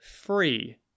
free